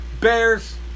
Bears